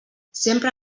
sempre